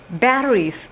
batteries